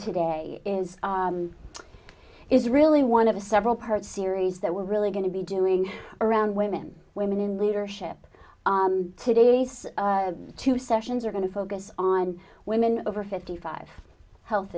today is is really one of a several part series that we're really going to be doing around women women in leadership today these two sessions are going to focus on women over fifty five health